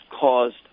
caused